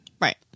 Right